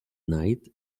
night